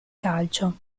calcio